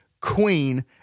Queen